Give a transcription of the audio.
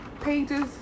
pages